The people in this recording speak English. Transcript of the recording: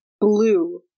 blue